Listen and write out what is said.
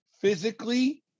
physically